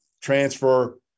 transfer